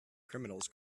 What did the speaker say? criminals